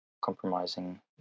compromising